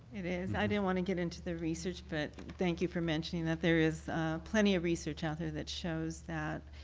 it is. i didn't want to get into the research, but thank you for mentioning it. there is plenty of research out there that shows that,